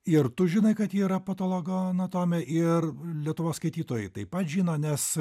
ir tu žinai kad ji yra patologanatomė ir lietuvos skaitytojai taip pat žino nes